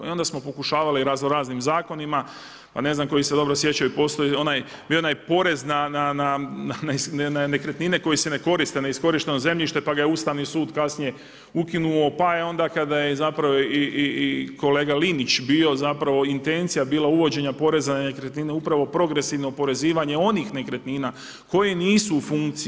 I onda smo pokušavali razno raznim zakonima, pa ne znam koji se dobro sjećaju postoji onaj, bio je onaj porez na nekretnine koji se ne koriste na iskorišteno zemljište pa ga je Ustavni sud kasnije ukinuo, pa je onda kada je zapravo i kolega Linić bio zapravo intencija bila uvođenja poreza na nekretnine upravo progresivno oporezivanje onih nekretnina koje nisu u funkciju.